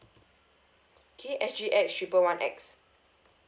okay S G X triple one X